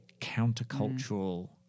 countercultural